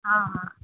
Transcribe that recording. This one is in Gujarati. હા હા